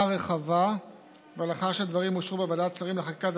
רחבה ולאחר שהדברים אושרו בוועדת שרים לחקיקה,